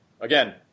Again